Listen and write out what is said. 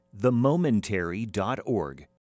themomentary.org